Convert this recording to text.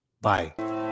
Bye